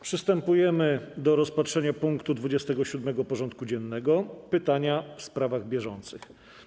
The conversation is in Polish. Przystępujemy do rozpatrzenia punktu 27. porządku dziennego: Pytania w sprawach bieżących.